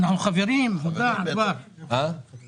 אנחנו חברים, חברים.